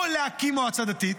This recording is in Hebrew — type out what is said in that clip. או להקים מועצה דתית,